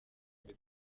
meza